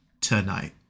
tonight